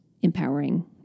empowering